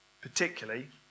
Particularly